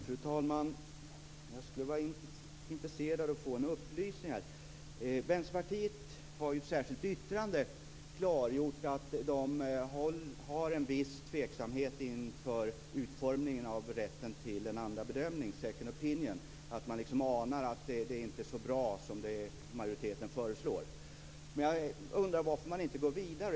Fru talman! Jag skulle vara intresserad av att få en upplysning. Vänsterpartiet har i ett särskilt yttrande klargjort att man har en viss tveksamhet inför utformningen av rätten till en andra bedömning, second opinion, därför att man på något sätt antar att det inte är så bra som majoriteten föreslår. Jag undrar varför man inte går vidare.